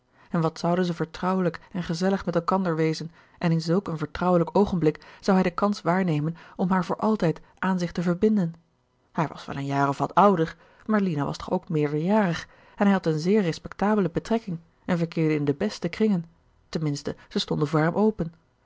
en wat zouden zij vertrouwelijk en gezellig met elkander wezen en in zulk een vertrouwelijk oogenblik zou hij de kans waarnemen om haar voor altijd aan zich te verbinden hij was wel een jaar of wat ouder maar lina was toch ook meerderjarig en hij had eene zeer respectabele betrekking en verkeerde in de beste kringen ten minste zij stonden voor hem open